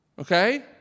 okay